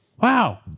Wow